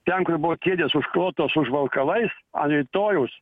ten kur buvo kėdės užklotos užvalkalais an rytojaus